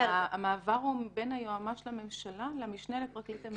המעבר הוא בין היועץ המשפטי לממשלה לבין המשנה לפרקליט המדינה.